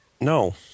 No